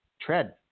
tread